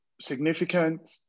Significant